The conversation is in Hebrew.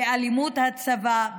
באלימות הצבא,